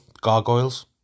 Gargoyles